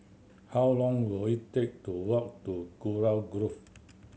how long will it take to walk to Kurau Grove